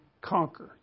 conquer